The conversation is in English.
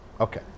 Okay